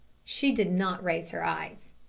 she did not raise her eyes.